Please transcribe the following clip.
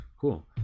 cool